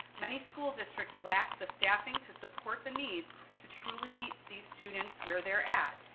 many school districts lack the staffing to support the needs to truly meet these students where they're at,